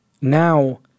Now